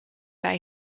bij